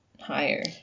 higher